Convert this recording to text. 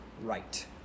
right